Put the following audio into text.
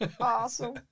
awesome